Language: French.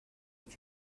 est